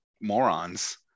morons